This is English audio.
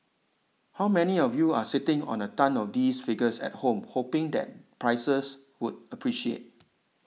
how many of you are sitting on a tonne of these figures at home hoping that prices would appreciate